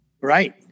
Right